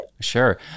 Sure